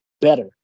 better